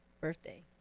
birthday